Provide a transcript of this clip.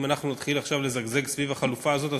אם אנחנו נתחיל לזגזג סביב החלופה הזאת,